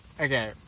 Okay